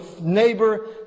neighbor